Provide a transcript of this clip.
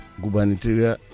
gubernatorial